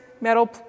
metal